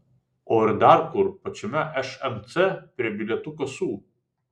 o ir dar kur pačiame šmc prie bilietų kasų